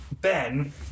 Ben